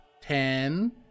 Ten